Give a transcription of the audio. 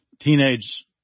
teenage